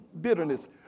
bitterness